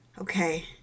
Okay